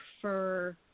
prefer